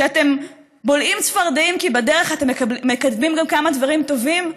שאתם בולעים צפרדעים כי בדרך אתם מקדמים גם כמה דברים טובים?